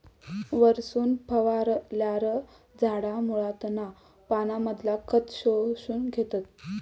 वरसून फवारल्यार झाडा मुळांतना पानांमधना खत शोषून घेतत